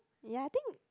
ya I think